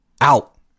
out